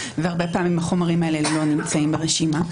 והרבה פעמים החומרים האלה לא נמצאים ברשימה.